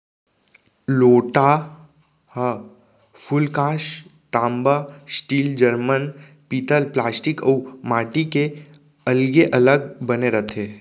लोटा ह फूलकांस, तांबा, स्टील, जरमन, पीतल प्लास्टिक अउ माटी के अलगे अलग बने रथे